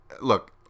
look